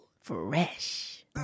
Fresh